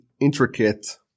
intricate